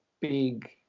big